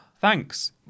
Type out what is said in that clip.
Thanks